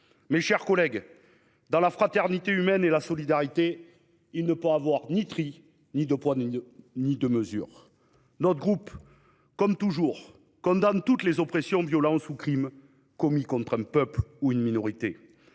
Mes chers collègues, dans la fraternité humaine et la solidarité, il ne peut y avoir ni tri ni deux poids, deux mesures. Notre groupe, comme toujours, condamne toutes les oppressions, violences ou crimes commis contre un peuple ou une minorité